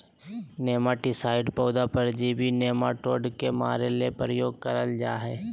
nematicides पौधा परजीवी nematode के मारे ले प्रयोग कयल जा हइ